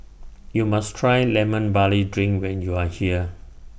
YOU must Try Lemon Barley Drink when YOU Are here